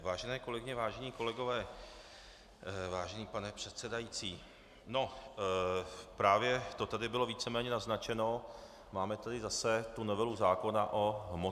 Vážené kolegyně, vážení kolegové, vážený pane předsedající, no právě to tady bylo víceméně naznačeno, máme tady zase tu novelu zákona o hmotné nouzi.